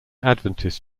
adventist